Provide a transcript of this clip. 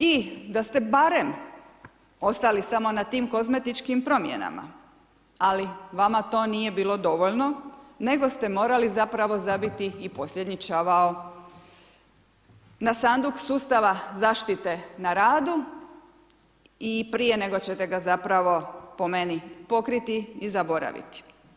I da ste barem ostali samo na tim kozmetičkim promjenama, ali vama to nije bilo dovoljno, nego ste morali zapravo zabiti i posljednji čavao na sanduk sustava zaštite na radu i prije nego čete ga zapravo po meni pokriti i zaboraviti.